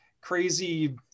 crazy